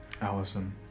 Allison